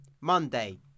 Monday